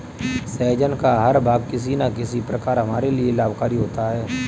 सहजन का हर भाग किसी न किसी प्रकार हमारे लिए लाभकारी होता है